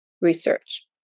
research